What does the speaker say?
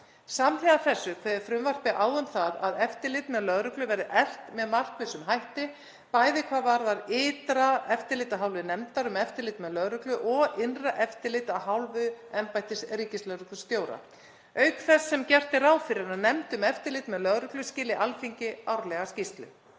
Samhliða þessu kveður frumvarpið á um að eftirlit með lögreglu verði eflt með markvissum hætti, bæði hvað varðar ytra eftirlit af hálfu nefndar um eftirlit með lögreglu og innra eftirlit af hálfu embættis ríkislögreglustjóra, auk þess sem gert er ráð fyrir að nefnd um eftirlit með lögreglu skili Alþingi árlega skýrslu.